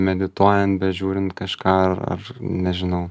medituojant bežiūrint kažką ar ar nežinau